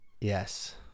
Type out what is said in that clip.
yes